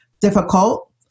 difficult